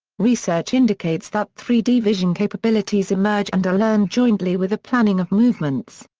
research indicates that three d vision capabilities emerge and are learned jointly with the planning of movements.